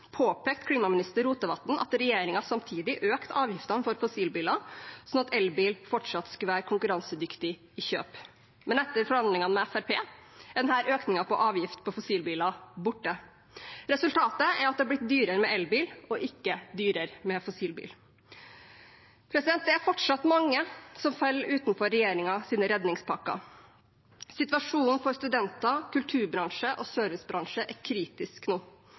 påpekte klimaminister Rotevatn at regjeringen samtidig økte avgiften på fossilbiler, sånn at elbil fortsatt skulle være konkurransedyktig i kjøp. Men etter forhandlingene med Fremskrittspartiet er denne økningen av avgiften på fossilbiler borte. Resultatet er at det har blitt dyrere med elbil og ikke dyrere med fossilbil. Det er fortsatt mange som faller utenfor regjeringens redningspakker. Situasjonen for studenter, kulturbransje og servicebransje er kritisk nå.